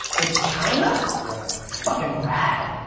in china? yeah that's fuckin' rad. yeah